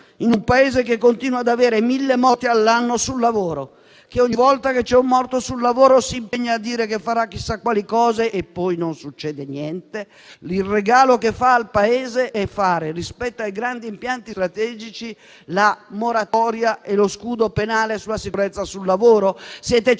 in un Paese che continua ad avere 1000 morti all'anno sul lavoro, che ogni volta che c'è un morto sul lavoro si impegna a dire che farà chissà quali cose e poi non succede niente, il regalo che fa al Paese, rispetto ai grandi impianti strategici, è la moratoria e lo scudo penale sulla sicurezza sul lavoro?